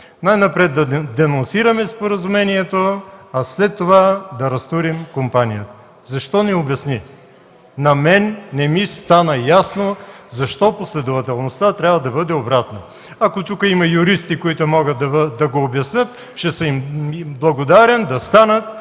най-напред да не денонсираме споразумението, а след това да разтурим компанията. Защо – не обясни. На мен не ми стана ясно защо последователността трябва да бъде обратната. Ако тук има юристи, които могат да го обяснят, ще съм им благодарен да станат